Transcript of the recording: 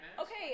Okay